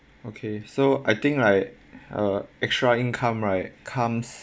okay so I think like uh extra income right comes